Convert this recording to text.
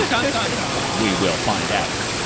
and and and um we will find out.